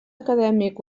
acadèmic